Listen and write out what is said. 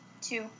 Two